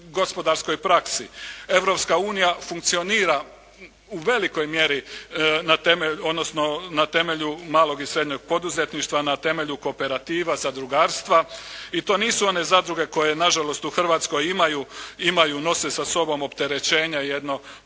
gospodarskoj praksi. Europska unija funkcionira u velikoj mjeri na temelju malog i srednjeg poduzetništva, na temelju kooperativa, zadrugarstva i to nisu one zadruge koje na žalost u Hrvatskoj imaju, nose sa sobom opterećenje jedno